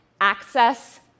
access